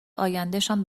آیندهشان